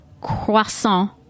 croissant